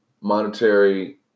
monetary